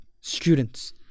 students